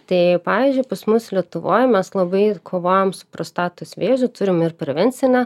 tai pavyzdžiui pas mus lietuvoj mes labai kovojam su prostatos vėžiu turim ir prevencinę